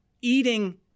eating